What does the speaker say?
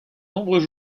nombreux